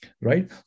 Right